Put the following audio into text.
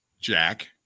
Jack